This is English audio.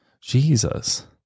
Jesus